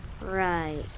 Right